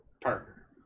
partner